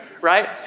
right